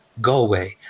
Galway